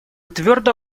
твердо